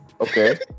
Okay